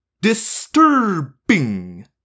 DISTURBING